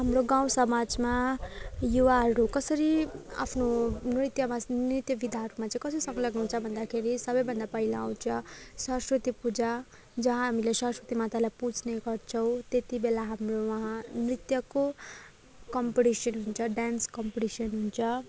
हाम्रो गाउँ समाजमा युवाहरू कसरी आफ्नो नृत्यमा नृत्य विधाहरूमा चाहिँ कसरी संलग्न हुन्छ भन्दाखेरि सबैभन्दा पैला आउँछ सरस्वती पूजा जहाँ हामीले सरस्वती मातालाई पुज्ने गर्छौँ त्यतिबेला हाम्रोमा नृत्यको कम्पिटिसन हुन्छ डान्स कम्पिटिसन हुन्छ